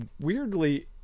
weirdly